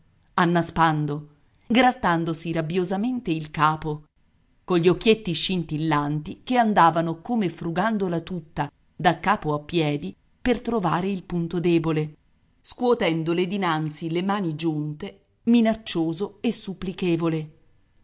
annaspando grattandosi rabbiosamente il capo con gli occhietti scintillanti che andavano come frugandola tutta da capo a piedi per trovare il punto debole scuotendole dinanzi le mani giunte minaccioso e supplichevole alla